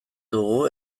dugu